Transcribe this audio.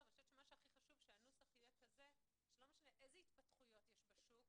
אני חושבת שחשוב שהנוסח יהיה כזה שלא משנה איזה התפתחויות יש בשוק,